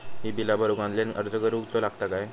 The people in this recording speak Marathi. ही बीला भरूक ऑनलाइन अर्ज करूचो लागत काय?